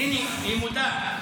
הינה, היא מודה.